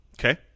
Okay